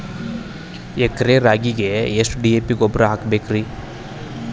ಎಕರೆ ರಾಗಿಗೆ ಎಷ್ಟು ಡಿ.ಎ.ಪಿ ಗೊಬ್ರಾ ಹಾಕಬೇಕ್ರಿ?